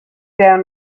down